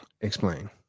Explain